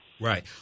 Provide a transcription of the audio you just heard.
right